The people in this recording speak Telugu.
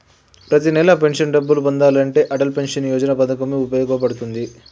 ప్రతి నెలా పెన్షన్ డబ్బులు పొందాలంటే అటల్ పెన్షన్ యోజన పథకం వుపయోగ పడుతుంది